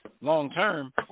long-term